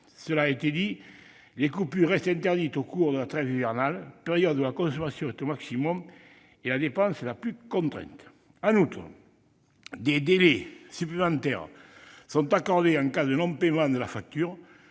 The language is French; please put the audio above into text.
Cela a été dit, les coupures restent interdites au cours de la trêve hivernale, période où la consommation est au maximum et la dépense la plus contrainte. En outre, des délais supplémentaires sont accordés en cas de non-paiement de la facture,